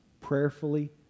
prayerfully